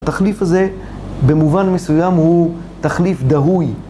התחליף הזה, במובן מסוים, הוא תחליף דהוי.